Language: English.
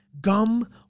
gum